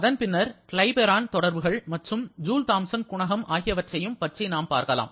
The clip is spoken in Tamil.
அதன்பின்னர் கிளாபிரான் தொடர்புகள் மற்றும் ஜூல் தாம்சன் குணகம் ஆகியவற்றையும் பற்றி பார்க்கலாம்